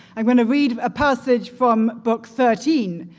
i'm going to read a passage from book thirteen.